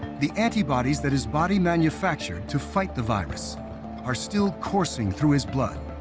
the antibodies that his body manufactured to fight the virus are still coursing through his blood.